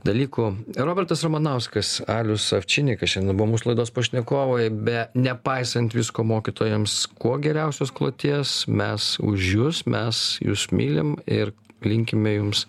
dalykų robertas ramanauskas alius avčinikas šiandien buvo mūsų laidos pašnekovai be nepaisant visko mokytojams kuo geriausios kloties mes už jus mes jus mylim ir linkime jums